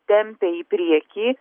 tempia į priekį